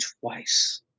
twice